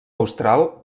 austral